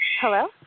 Hello